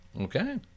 okay